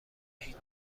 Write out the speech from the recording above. هیچ